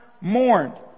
mourned